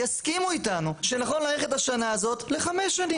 יסכימו איתנו שנכון להאריך את השנה הזאת לחמש שנים.